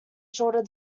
shorter